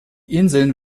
inseln